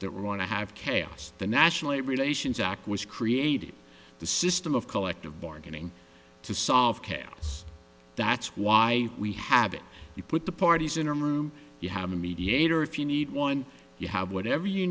that we're going to have chaos the national labor relations act was created the system of collective bargaining to solve that's why we have it you put the parties in a room you have a mediator if you need one you have whatever you